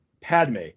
Padme